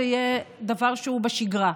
זה יהיה דבר שהוא בשגרה,